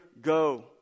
go